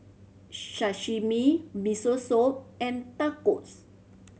Sashimi Miso Soup and Tacos